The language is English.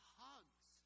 hugs